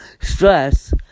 stress